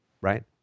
right